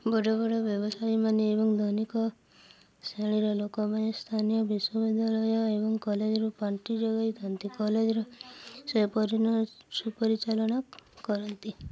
ବଡ଼ ବଡ଼ ବ୍ୟବସାୟୀମାନେ ଏବଂ ଦୈନିକ ଶ୍ରେଣୀର ଲୋକମାନେ ସ୍ଥାନୀୟ ବିଶ୍ୱବିଦ୍ୟାଳୟ ଏବଂ କଲେଜରୁ ପାଣ୍ଠି ଯୋଗାଇଥାନ୍ତି କଲେଜର ସେପରିଣ ସୁପରିଚାଳନା କରନ୍ତି